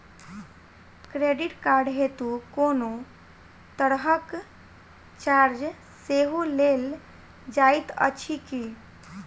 Credit card हेतु कोनो तरहक चार्ज सेहो लेल जाइत अछि की?